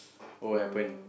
what will happen